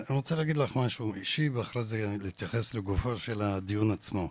אני רוצה להגיד לך משהו אישי ואחר כך אני אתייחס לגופו של הדיון עצמו,